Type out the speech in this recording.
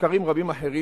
מחקרים רבים אחרים,